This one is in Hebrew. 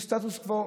יש סטטוס קוו,